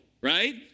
right